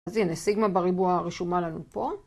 אז הנה סיגמא בריבוע רשומה לנו פה.